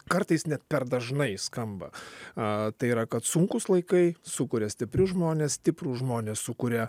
kartais net per dažnai skamba a tai yra kad sunkūs laikai sukuria stiprius žmones stiprūs žmonės sukuria